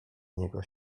niego